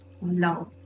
love